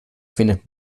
findet